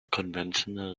conventional